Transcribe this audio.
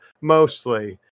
mostly